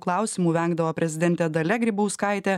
klausimų vengdavo prezidentė dalia grybauskaitė